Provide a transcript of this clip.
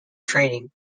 training